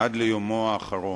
עד ליומו האחרון.